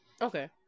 Okay